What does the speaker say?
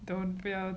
don't 这样